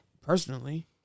Personally